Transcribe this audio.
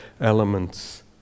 elements